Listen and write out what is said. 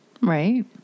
Right